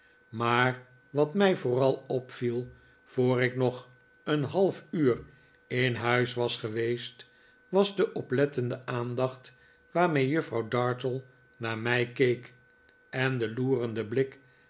maar wat mij vooral opviel voor ik nog een half uur in huis was geweest was de oplettendende aandacht waarmee juffrouw dartle naar mij keek en de loerende blik